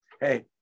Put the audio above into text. hey